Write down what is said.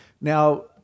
Now